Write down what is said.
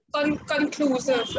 conclusive